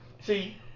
see